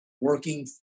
working